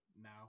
now